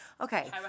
okay